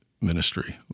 ministry